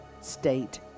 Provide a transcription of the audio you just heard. state